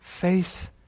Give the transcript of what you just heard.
face